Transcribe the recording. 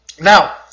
now